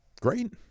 Great